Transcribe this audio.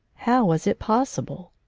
how was it possible?